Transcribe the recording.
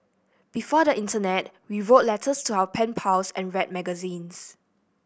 before the internet we wrote letters to our pen pals and read magazines